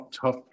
tough